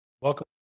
welcome